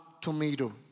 tomato